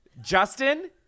Justin